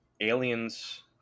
aliens